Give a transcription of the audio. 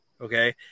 Okay